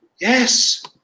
yes